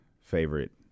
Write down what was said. favorite